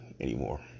anymore